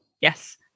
Yes